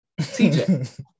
TJ